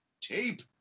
tape